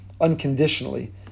unconditionally